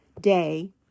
day